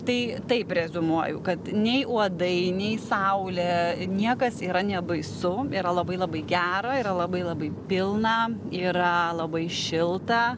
tai taip reziumuoju kad nei uodai nei saulė niekas yra nebaisu yra labai labai gera yra labai labai pilna yra labai šilta